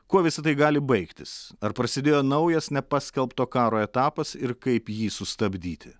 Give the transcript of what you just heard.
kuo visa tai gali baigtis ar prasidėjo naujas nepaskelbto karo etapas ir kaip jį sustabdyti